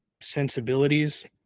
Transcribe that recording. sensibilities